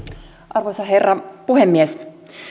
arvoisa herra puhemies